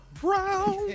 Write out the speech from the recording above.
Brown